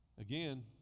Again